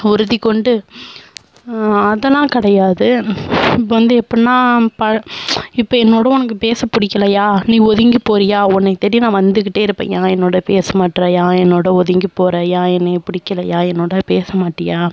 உறுதிக் கொண்டு அதெல்லாம் கிடையாது இப்போ வந்து எப்பிடினா ப இப்போ என்னோடய உனக்கு பேச பிடிக்கலையா நீ ஒதுங்கி போகிறியா உன்னைய தேடி நான் வந்துக்கிட்டே இருப்பேன் யான் என்னோடய பேச மாட்டுற யான் என்னோடய ஒதுங்கி போகிற யான் என்னைய பிடிக்கலையா என்னோடய பேச மாட்டியா